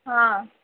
ହଁ